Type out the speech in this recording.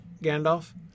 Gandalf